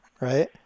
right